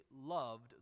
loved